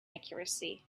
accuracy